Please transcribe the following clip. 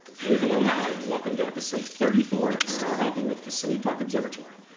hey hello hi and welcome to episode thirty four of star hopping with kissimmee park observatory!